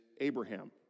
Abraham